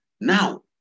Now